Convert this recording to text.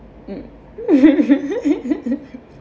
mm